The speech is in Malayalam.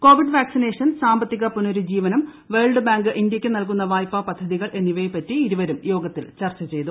കോവിഡ് വാക്സിനേഷൻ സാമ്പിത്തിക പുനരുജ്ജീവനം വേൾഡ് ബാങ്ക് ഇന്ത്യക്ക് നൽകുന്ന് പായ്പാ പദ്ധതികൾ എന്നിവയെപ്പറ്റി ഇരുവരും യോഗത്തിൽ ചൂർച്ച് ചെയ്തു